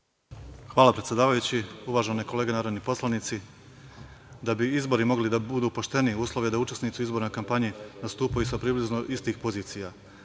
Hvala, predsedavajući. Uvažene kolege narodni poslanici, da bi izbori mogli da budu pošteni uslov je da učesnici u izbornoj kampanji nastupaju sa približno istih pozicija.